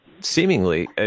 seemingly